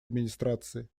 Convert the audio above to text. администрации